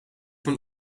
mijn